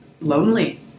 lonely